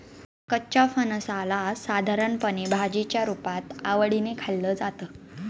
कच्च्या फणसाला साधारणपणे भाजीच्या रुपात आवडीने खाल्लं जातं